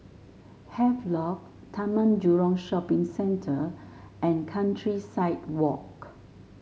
Havelock Taman Jurong Shopping Centre and Countryside Walk